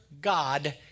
God